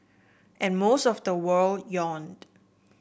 and most of the world yawned